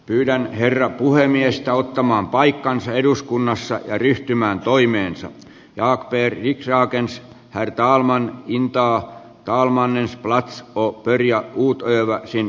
pyydän herra puhemiestä ottamaan paikkansa eduskunnassa ja ryhtymään toimeensa ja periksi hakemus kalman hintaan kalmanin late s couper ja uutuudellakin